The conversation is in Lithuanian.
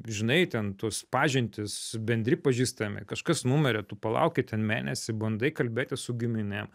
žinai ten tos pažintys bendri pažįstami kažkas numirė tu palaukei ten mėnesį bandai kalbėtis su giminėm